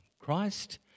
Christ